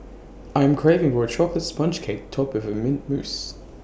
I am craving for A Chocolate Sponge Cake Topped with Mint Mousse